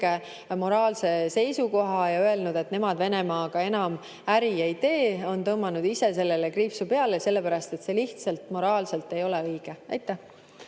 selge moraalse seisukoha ja öelnud, et nemad Venemaaga enam äri ei tee, on tõmmanud ise sellele kriipsu peale, sellepärast et see lihtsalt moraalselt ei ole õige. Aitäh!